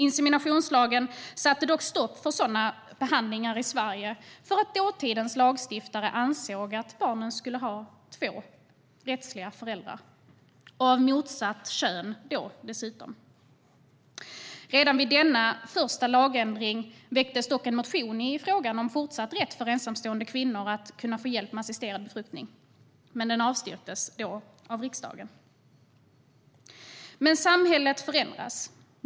Inseminationslagen satte dock stopp för sådana behandlingar i Sverige därför att dåtidens lagstiftare ansåg att barnen skulle ha två rättsliga föräldrar, av motsatt kön dessutom. Redan vid denna första lagändring väcktes dock en motion i frågan om fortsatt rätt för ensamstående kvinnor att kunna få hjälp med assisterad befruktning, men den avstyrktes då av riksdagen. Men samhället förändras.